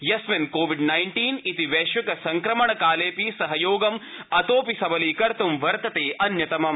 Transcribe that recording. यास्मिन् covid nineteen इति वैश्विक संक्रमण कालेऽपि सहयोगं अतोऽपि सबलीकत्तैं वर्तते अन्यतमम्